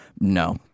no